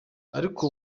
ariko